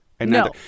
No